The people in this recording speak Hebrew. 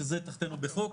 שזה תחתנו בחוק,